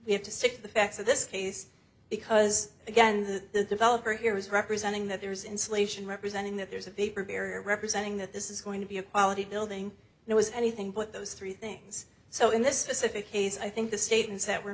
we have to stick to the facts of this case because again the developer here is representing that there's insulation representing that there's a vapor barrier representing that this is going to be a quality building it was anything but those three things so in this specific case i think the statements that were